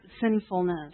sinfulness